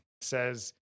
says